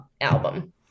album